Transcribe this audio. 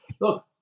look